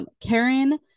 Karen